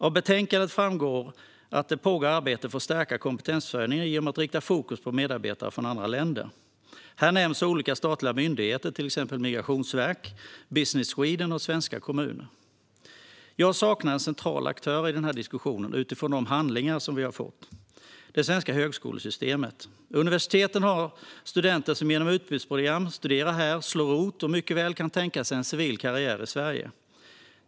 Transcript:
Av betänkandet framgår att det pågår arbete för att stärka kompetensförsörjningen genom att rikta fokus på medarbetare från andra länder. Här nämns olika statliga myndigheter, till exempel Migrationsverket, Business Sweden och svenska kommuner. Jag saknar en central aktör i denna diskussion utifrån de handlingar som vi har fått: det svenska högskolesystemet. Universiteten har studenter som genom utbytesprogram studerar här, slår rot och mycket väl kan tänka sig en civil karriär i Sverige.